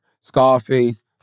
Scarface